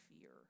fear